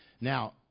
Now